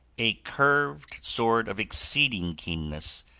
a curved sword of exceeding keenness,